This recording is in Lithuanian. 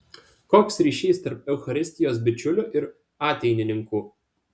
koks ryšys tarp eucharistijos bičiulių ir ateitininkų